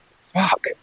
Fuck